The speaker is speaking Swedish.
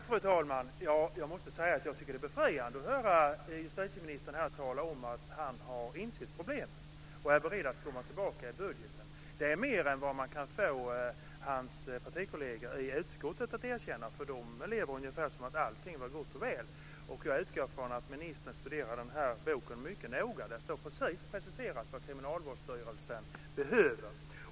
Fru talman! Jag måste säga att jag tycker att det är befriande att höra justitieministern tala om att han har insett problemet och är beredd att återkomma till det i budgeten. Det är mer än man kan få hans partikolleger i utskottet att erkänna. De lever som om allting vore gott och väl. Jag utgår från att ministern mycket noga studerar Kriminalvårdens budgetunderlag för nästa år. Där står preciserat vad Kriminalvårdsstyrelsen behöver.